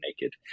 naked